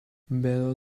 better